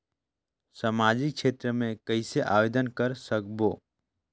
समाजिक क्षेत्र मे कइसे आवेदन कर सकबो?